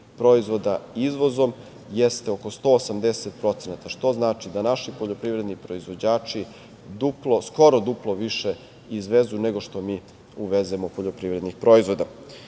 proizvoda izvozom jeste oko 180%, što znači da naši poljoprivredni proizvođači skoro duplo više izvezu nego što mi uvezemo poljoprivrednih proizvoda.